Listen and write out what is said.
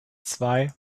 zwei